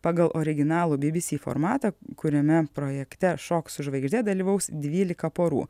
pagal originalų bbc formatą kuriame projekte šok su žvaigžde dalyvaus dvylika porų